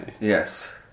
Yes